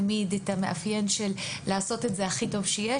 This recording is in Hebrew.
תמיד יש את המאפיין של לעשות את זה הכי טוב שיש,